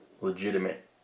legitimate